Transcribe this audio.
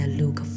look